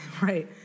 Right